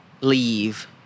leave